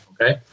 okay